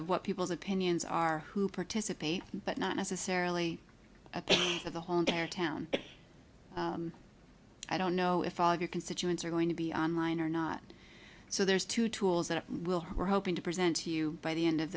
of what people's opinions are who participate but not necessarily the whole entire town i don't know if your constituents are going to be on line or not so there's two tools that will who are hoping to present to you by the end of